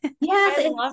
Yes